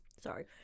sorry